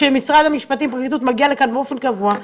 שמשרד המשפטים והפרקליטות מגיעים לכאן באופן קבוע,